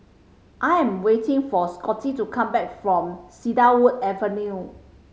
I am waiting for Scotty to come back from Cedarwood Avenue